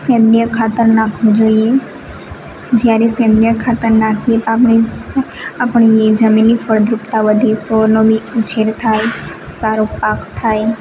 સૈન્ય ખાતર નાખવું જોઈએ જ્યારે સૈન્ય ખાતર નાખીએ તો આપણે આપણી જમીનની ફળદ્રુપતા વધે સો નવી જેલ થાય સારો પાક થાય